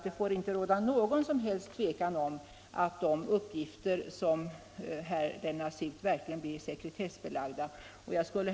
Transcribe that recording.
Det får inte råda något som helst tvivel om att de uppgifter som lämnas ut verkligen blir sekretessbelagda. Herr talman!